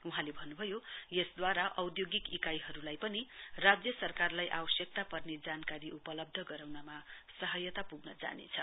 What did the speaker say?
वहाँले भन्नुभयो यसले औद्योगिक इकाइहरूलाई पनि राज्य सरकारलाई आवश्यकता पर्ने जानकारी उपलब्ध गराउनमा सहायता पुग्न जानेछ